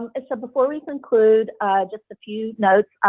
and so before we conclude just a few notes.